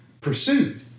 pursued